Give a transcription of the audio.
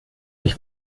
ich